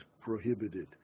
prohibited